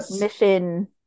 mission